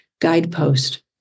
guidepost